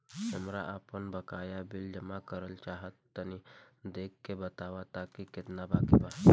हमरा आपन बाकया बिल जमा करल चाह तनि देखऽ के बा ताई केतना बाकि बा?